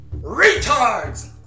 Retards